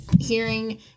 hearing